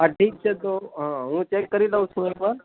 હા ઠીક છે તો હુ ચેક કરી લઉં છું એક વાર